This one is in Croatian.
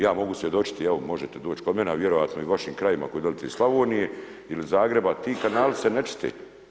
Ja mogu svjedočiti, evo, možete doć kod mene, a vjerovatno i u vašim krajevima koji dolazite iz Slavonije ili iz Zagreba, ti kanali se ne čiste.